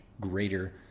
greater